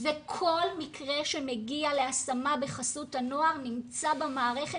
וכל מקרה שמגיע להשמה בחסות הנוער נמצא במערכת,